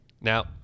Now